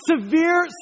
severe